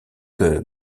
que